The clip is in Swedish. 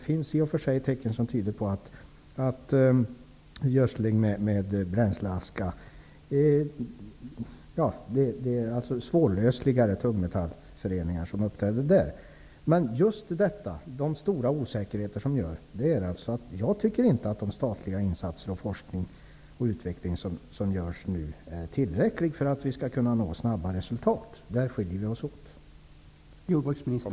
Men i och för sig finns det tecken på att det när det gäller gödsling med bränsleaska blir svårlösligare tungmetallföreningar. Den stora osäkerheten gäller de statliga insatserna och den statliga forskning och utveckling som nu förekommer och som jag inte tycker är tillräckliga för att vi snabbt skall kunna nå resultat. Där skiljer sig våra uppfattningar.